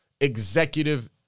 executive